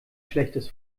schlechtes